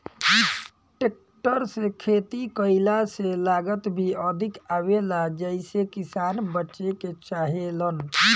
tractor से खेती कईला से लागत भी अधिक आवेला जेइसे किसान बचे के चाहेलन